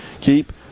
Keep